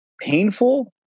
painful